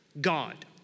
God